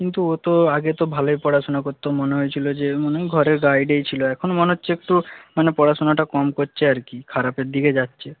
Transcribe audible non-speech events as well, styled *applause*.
কিন্তু ও তো আগে তো ভালোই পড়াশোনা করতো মনে হয়েছিলো যে *unintelligible* ঘরের গাইডেই ছিলো এখন মনে হচ্ছে একটু মানে পড়াশোনাটা কম করছে আর কি খারাপের দিকে যাচ্ছে